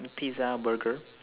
pizza burger